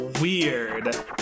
weird